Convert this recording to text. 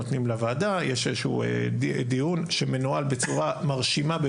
הוועדה הזאת מורכבת מחמישה חברים.